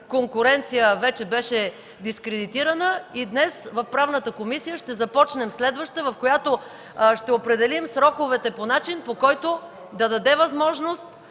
конкуренция беше дискредитирана, и днес Правната комисия ще започне следваща, в която ще определим сроковете по начин, който да даде възможност